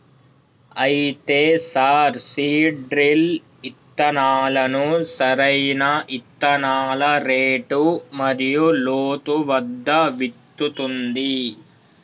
అయితే sir seed drill ఇత్తనాలను సరైన ఇత్తనాల రేటు మరియు లోతు వద్ద విత్తుతుంది